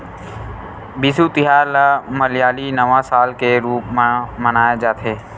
बिसु तिहार ल मलयाली नवा साल के रूप म मनाए जाथे